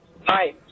Hi